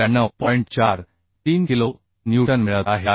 43किलो newton मिळत आहे